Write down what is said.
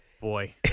Boy